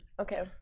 Okay